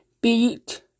beat